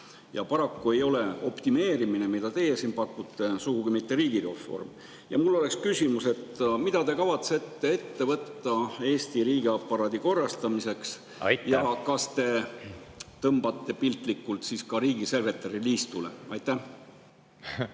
Paraku ei ole optimeerimine, mida teie siin pakute, sugugi mitte riigireform. Mul oleks küsimus: mida te kavatsete ette võtta Eesti riigiaparaadi korrastamiseks … Aitäh! … ja kas te tõmbate piltlikult öeldes ka riigisekretäri liistule? …